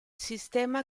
sistema